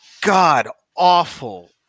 god-awful